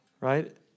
right